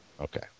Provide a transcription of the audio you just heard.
Okay